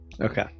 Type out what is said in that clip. Okay